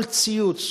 כל ציוץ,